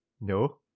No